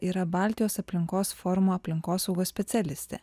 yra baltijos aplinkos forumo aplinkosaugos specialistė